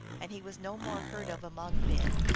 and he was no more heard of among men.